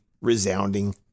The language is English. resounding